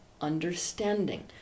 understanding